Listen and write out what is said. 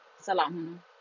Salam